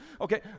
okay